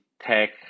tech